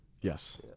Yes